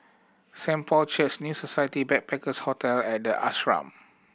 Saint Paul's Church New Society Backpackers' Hotel and The Ashram